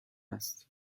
است